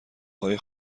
های